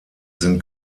sind